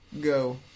Go